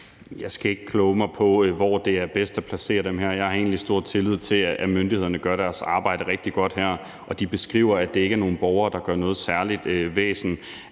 Jeg skal ikke kloge mig på, hvor det er bedst at placere de her mennesker. Jeg har egentlig stor tillid til, at myndighederne gør deres arbejde rigtig godt her. De beskriver, at det ikke er nogle borgere, der gør noget særligt væsen